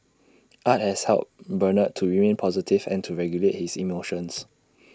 art has helped Bernard to remain positive and to regulate his emotions